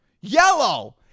Yellow